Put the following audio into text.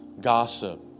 gossip